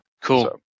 cool